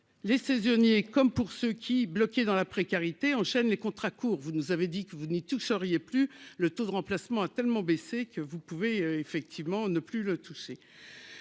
les saisonniers comme pour ceux qui bloqués dans la précarité, enchaîne les contrats courts, vous nous avez dit que vous venez tous sauriez plus le taux de remplacement a tellement baissé que vous pouvez effectivement ne plus le toucher